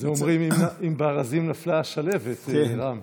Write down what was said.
אומרים "אם בארזים נפלה שלהבת", רם.